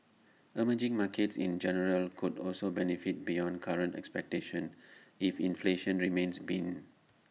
emerging markets in general could also benefit beyond current expectations if inflation remains been